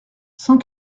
cent